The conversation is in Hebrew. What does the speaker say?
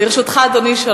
בבקשה, אדוני.